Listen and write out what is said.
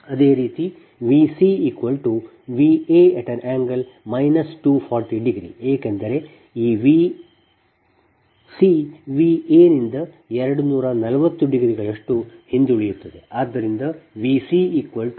ಅದೇ ರೀತಿ VcVa∠ 240 ಏಕೆಂದರೆ ಈVc Va ನಿಂದ 240 ಡಿಗ್ರಿಗಳಷ್ಟು ಹಿಂದುಳಿಯುತ್ತದೆ